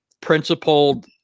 principled